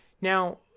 Now